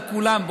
כולם,